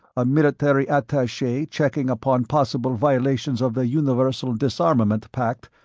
a military attache checking upon possible violations of the universal disarmament pact,